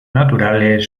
naturales